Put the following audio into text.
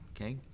okay